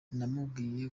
namubwiye